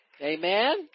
Amen